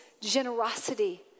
generosity